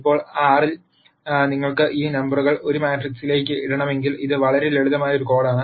ഇപ്പോൾ R ൽ നിങ്ങൾക്ക് ഈ നമ്പറുകൾ ഒരു മാട്രിക്സിലേക്ക് ഇടണമെങ്കിൽ ഇത് വളരെ ലളിതമായ ഒരു കോഡാണ്